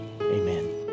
Amen